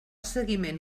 seguiment